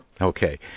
okay